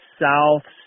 south